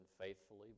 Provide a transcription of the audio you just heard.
faithfully